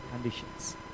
conditions